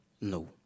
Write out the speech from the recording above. No